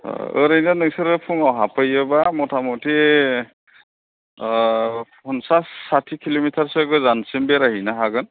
ओरैनो नोंसोरो फुङाव हाबफैयोबा मतामति पन्सास साथि किल'मिटारसिम गोजानसिम बेरायहैनो हागोन